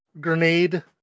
grenade